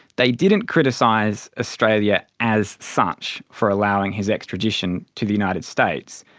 they didn't criticise australia as such for allowing his extradition to the united states,